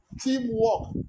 Teamwork